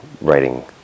writing